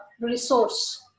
resource